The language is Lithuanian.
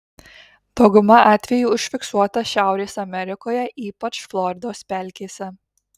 dauguma atvejų užfiksuota šiaurės amerikoje ypač floridos pelkėse